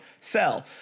sell